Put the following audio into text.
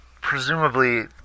presumably